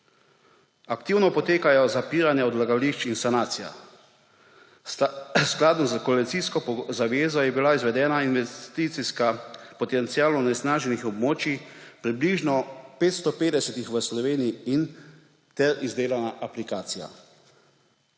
Aktivno potekajo zapiranja odlagališč in sanacije. Skladno s koalicijsko zavezo je bila izvedena inventarizacija potencialno onesnaženih območij, približno 550 v Sloveniji, ter izdelana aplikacija.